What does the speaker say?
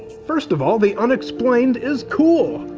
first of all, the unexplained is cool!